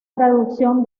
traducción